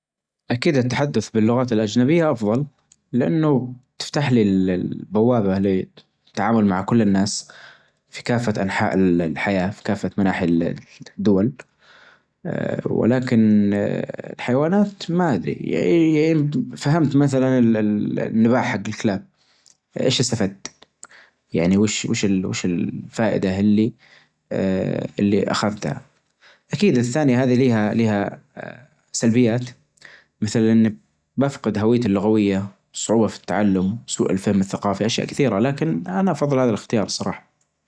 اكيد التحدث باللغات الاجنبية افظل لانه تفتح لي البوابة التعامل مع كل الناس في كافة انحاء الحياة في كافة مناحي الدول ولكن الحيوانات ما ادري فهمت مثلاً النباح حج الكلاب ايش استفادت? يعني وش وش الفائدة اللي اللي اخذتها? اكيد الثانية هذي لها لها ا سلبيات مثلا بفقد هويتي اللغوية صعوبة في التعلم سوء الفهم الثقافي اشياء كثيرة لكن انا افظل هذا الاختيار صراحة